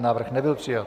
Návrh nebyl přijat.